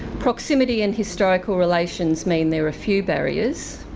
proximity and historical relations mean there are few barriers.